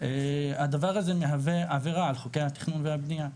הדבר הזה מהווה עבירה על חוקי התכנון והבנייה.